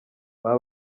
baba